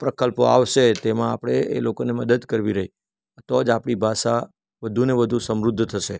પ્રકલ્પો આવશે તેમાં આપણે એ લોકોને મદદ કરવી રહી તો જ આપણી ભાષા વધુ ને વધુ સમૃદ્ધ થશે